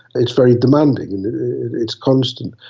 it's very demanding, and its constant,